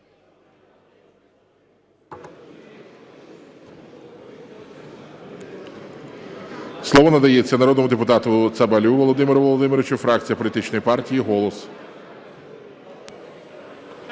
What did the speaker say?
Слово надається народному депутату Цабалю Володимиру Володимировичу фракція політичної партії "Голос".